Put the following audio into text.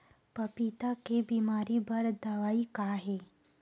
पपीता के बीमारी बर दवाई का हे?